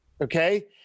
Okay